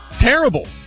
terrible